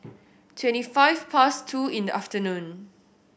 twenty five past two in the afternoon